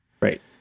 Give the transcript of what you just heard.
Right